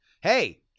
hey